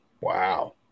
Wow